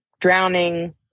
drowning